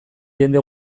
jende